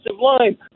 line